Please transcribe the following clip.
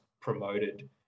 promoted